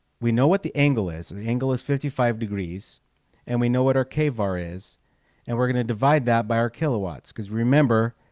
we know what the angle is the and angle is fifty five degrees and we know what our kvar is and we're going to divide that by our kilowatts because remember